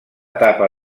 etapa